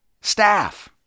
staff